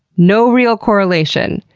no real correlation!